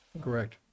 correct